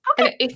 Okay